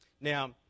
Now